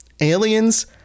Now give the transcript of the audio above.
Aliens